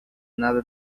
nada